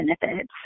benefits